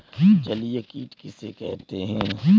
जलीय कीट किसे कहते हैं?